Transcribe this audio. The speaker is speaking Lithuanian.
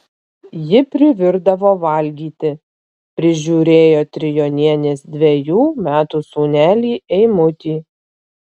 ji privirdavo valgyti prižiūrėjo trijonienės dvejų metų sūnelį eimutį